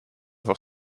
voor